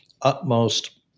utmost